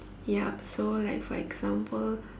yup so like for example